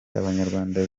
abanyarwanda